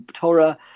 Torah